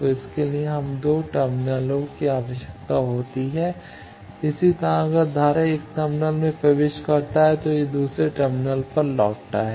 तो इसके लिए हमें 2 टर्मिनलों की आवश्यकता होती है इसी तरह अगर धारा 1 टर्मिनल में प्रवेश करता है तो यह दूसरे टर्मिनल पर लौटता है